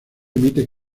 emite